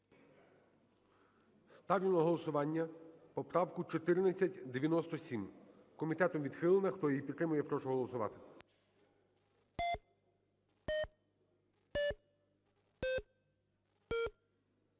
Ставлю на голосування поправку 1496. Комітетом вона відхилена. Хто підтримує, прошу голосувати.